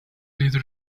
leader